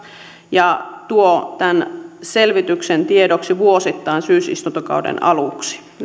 ja tämän selvityksen tiedoksi tuomista vuosittain syysistuntokauden aluksi